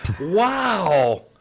Wow